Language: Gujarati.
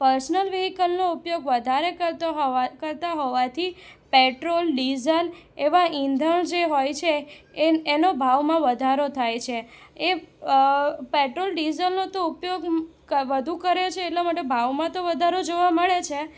પર્સનલ વેહિકલનો ઉપયોગ વધારે કરતો કરતા હોવાથી પેટ્રોલ ડીઝલ એવા ઇંધણ જે હોય છે એ એનો ભાવમાં વધારો થાય છે એ પેટ્રોલ ડીઝલનો તો ઉપયોગ કર વધુ કરે છે એટલા માટે ભાવમાં તો વધારો જોવા મળે છે